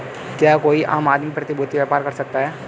क्या कोई भी आम आदमी प्रतिभूती व्यापार कर सकता है?